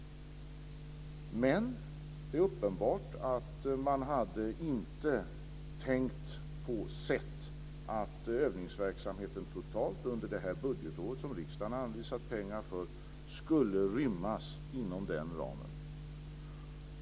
Men det är uppenbart att man inte hade tänkt sig att övningsverksamheten totalt under detta budgetår, som riksdagen har anvisat pengar för, skulle rymmas inom den ramen.